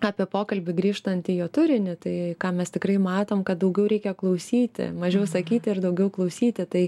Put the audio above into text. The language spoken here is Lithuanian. apie pokalbį grįžtant į jo turinį tai ką mes tikrai matom kad daugiau reikia klausyti mažiau sakyti ir daugiau klausyti tai